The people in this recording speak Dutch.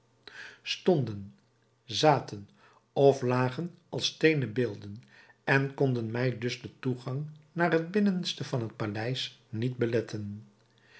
stonden zaten of lagen als steenen beelden en konden mij dus den toegang naar het binnenste van het paleis niet beletten